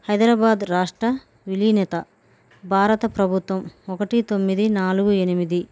హైదరాబాద్ రాష్ట్ర విలీనత భారత ప్రభుత్వం ఒకటి తొమ్మిది నాలుగు ఎనిమిది